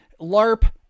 LARP